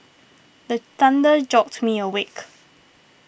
the thunder jolt me awake